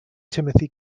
timothy